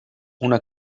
una